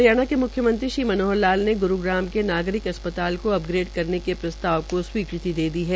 हरियाणा के म्ख्यमंत्री श्री मनोहर लाल ने ग्रूग्राम में नागरिक अस्पताल को अपग्रेड करने के प्रस्ताव को स्वीकृति दे दी है